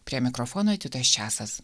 prie mikrofono titas česas